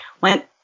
went